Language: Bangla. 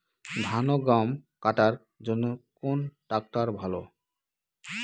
ধান ও গম কাটার জন্য কোন ট্র্যাক্টর ভালো?